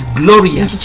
glorious